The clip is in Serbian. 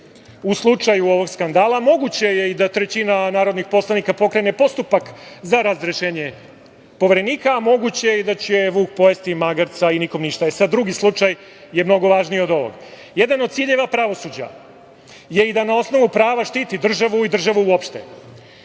U slučaju ovog skandala moguće je i da trećina narodnih poslanika pokrene postupak za razrešenje Poverenika, a moguće je da će vuk pojesti magarca i nikom ništa.E, sad, drugi slučaj je mnogo važniji od ovog. Jedan od ciljeva pravosuđa je i da na osnovu prava štiti državu i državu uopšte.